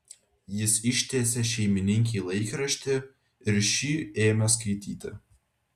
jis ištiesė šeimininkei laikraštį ir ši ėmė skaityti